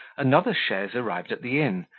another chaise arrived at the inn,